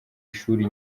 ishuri